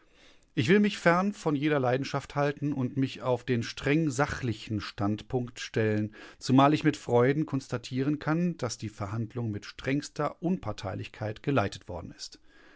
ich will mich fern von jeder leidenschaft halten und mich auf den streng sachlichen standpunkt stellen zumal ich mit freuden konstatieren kann daß die verhandlung mit strengster unparteilichkeit geleitet worden ist